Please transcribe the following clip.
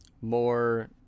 more